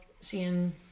seeing